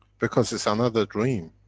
because it's another dream.